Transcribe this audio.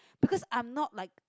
because I'm not like